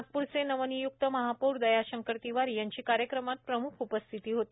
नागप्रचे नवनियुक्त महापौर दयाशंकर तिवारी यांची कार्यक्रमात प्रमुख उपस्थिती होती